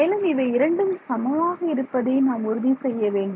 மேலும் இவை இரண்டும் சமமாக இருப்பதை நாம் உறுதி செய்ய வேண்டும்